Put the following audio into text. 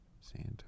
Santa